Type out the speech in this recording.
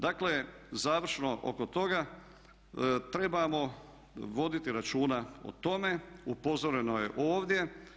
Dakle završno oko toga, trebamo voditi računa o tome, upozoreno je ovdje.